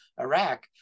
Iraq